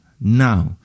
now